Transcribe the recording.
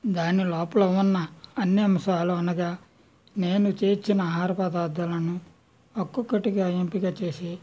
దాన్ని లోపల ఉన్న అన్ని అంశాలు అనగా నేను చేర్చిన ఆహార పదార్థాలను ఒక్కొక్కటిగా ఎంపిక చేసి